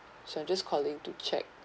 so I'm just calling to check